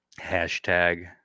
Hashtag